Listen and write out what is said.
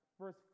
verse